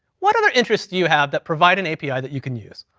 what other interests do you have that provide an api that you can use?